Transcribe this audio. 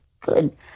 good